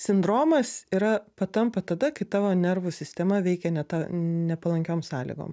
sindromas yra patampa tada kai tavo nervų sistema veikia ne ta nepalankiom sąlygom